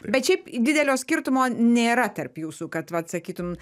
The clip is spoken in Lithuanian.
bet šiaip didelio skirtumo nėra tarp jūsų kad vat sakytum